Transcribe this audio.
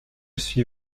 suis